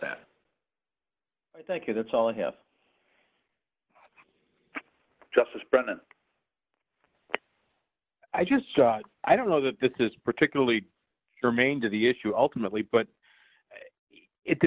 that thank you that's all i have just as president i just i don't know that this is particularly remain to the issue ultimately but it